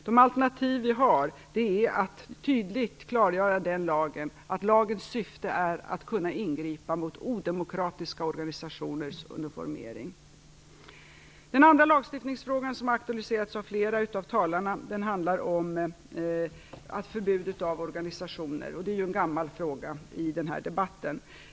De alternativ vi har är att tydligt klargöra den lagen och att lagens syfte är att kunna ingripa mot odemokratiska organisationers uniformering. Den andra lagstiftningsfrågan som har aktualiserats av flera av talarna handlar om förbud för vissa organisationer. Det är en gammal fråga i den här debatten.